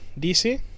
DC